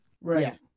Right